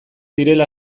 direla